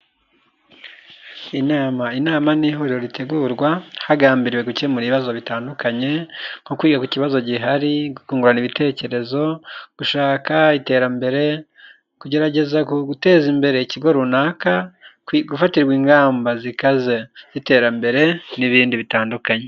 Inama, inama n'ihuriro ri itegurwa, hagambiriwe gukemura ibibazo bitandukanye nko kwiga ku kibazo gihari, kukungurana ibitekerezo, gushaka iterambere, kugerageza guteza imbere ikigo runaka, gufatirwa ingamba zikaze z'iterambere n'ibindi bitandukanye.